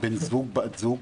בן זוג או בת זוג.